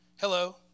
Hello